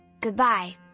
Goodbye